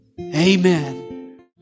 Amen